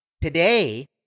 Today